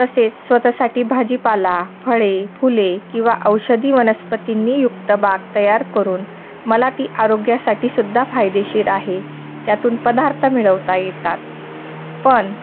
तसेच स्वत साठी भाजीपाला फळे फुले किंवा औषधी वनस्पतींनीयुक्त बाग तयार करून मला ती आरोग्यासाठी सुद्धा फायदेशीर आहे त्यातून पदार्थ मिळवता येतात पण